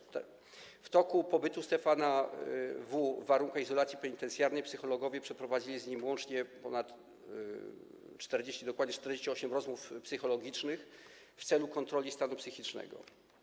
W toku pobytu Stefana W. w warunkach izolacji penitencjarnej psychologowie przeprowadzili z nim łącznie ponad 40, dokładnie 48 rozmów psychologicznych w celu kontroli stanu psychicznego.